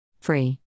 Free